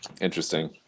Interesting